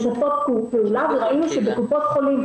והן משתפות פעולה וראינו שבקופות החולים